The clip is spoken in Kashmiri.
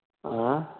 آ